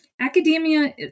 academia